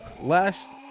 Last